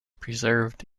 preserved